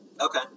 Okay